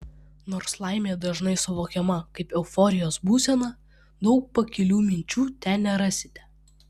nors laimė dažnai suvokiama kaip euforijos būsena daug pakilių minčių ten nerasite